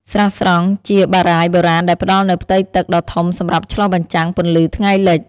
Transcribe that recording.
ស្រះស្រង់: ជាបារាយណ៍បុរាណដែលផ្តល់នូវផ្ទៃទឹកដ៏ធំសម្រាប់ឆ្លុះបញ្ចាំងពន្លឺថ្ងៃលិច។